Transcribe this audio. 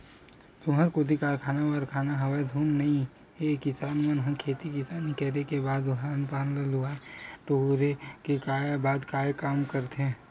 तुँहर कोती कारखाना वरखाना हवय धुन नइ हे किसान मन ह खेती किसानी करे के बाद धान पान ल लुए टोरे के बाद काय काम करथे?